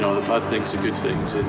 the bad things, the good things.